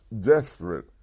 desperate